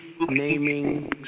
naming